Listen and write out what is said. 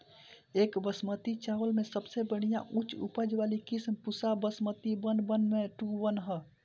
एक बासमती चावल में सबसे बढ़िया उच्च उपज वाली किस्म Pusa basmati one one two one ह?